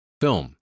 film